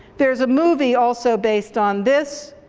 there's a movie also based on this,